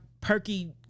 perky